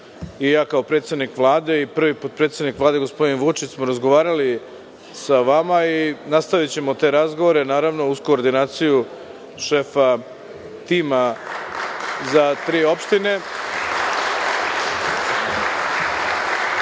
a ja kao predsednik Vlade i prvi potpredsednik Vlade gospodin Vučić smo razgovarali sa vama i nastavićemo te razgovore, naravno uz koordinaciju šefa tima za tri opštine,